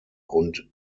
und